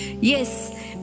Yes